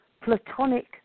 platonic